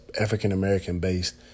African-American-based